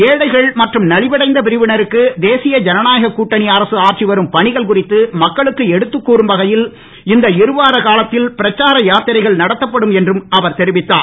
ஏழைகள் மற்றும் நலிவடைந்த பிரிவினருக்கு தேசிய ஜனநாயக கூட்டணி அரசு ஆற்றி வரும் பணிகள் குறித்து மக்களுக்கு எடுத்துக் கூறும் வகையில் இந்த இருவார காலத்தில் பிரச்சார யாத்திரைகள் நடத்தப்படும் என்றும் அவர் தெரிவித்தார்